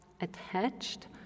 attached